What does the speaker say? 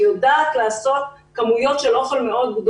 היא יודעת לעשות כמויות גדולות מאוד של אוכל.